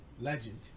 Legend